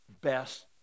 best